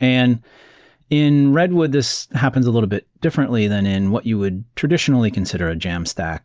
and in redwood, this happens a little bit differently than in what you would traditionally consider a jamstack